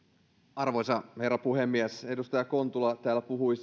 arvoisa herra puhemies edustaja kontula täällä puhui